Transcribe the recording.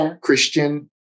Christian